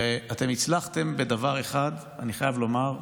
ואתם הצלחתם בדבר אחד, אני חייב לומר: